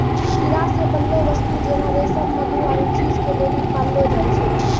कीड़ा से बनलो वस्तु जेना रेशम मधु आरु चीज के लेली पाललो जाय छै